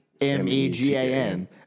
M-E-G-A-N